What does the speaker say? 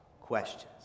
questions